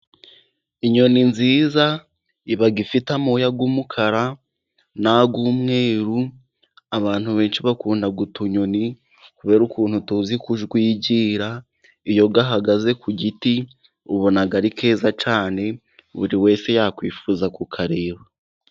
Inyoni nziza iba ifite amoya y'umukara n'ay'umweru, abantu benshi bakunda utunyoni kubera ukuntu tuzi kujwigira, iyo gahagaze ku giti ubona ari keza cyane, buri wese yakwifuza kukareba.